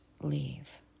leave